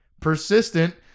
persistent